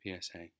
PSA